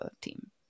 team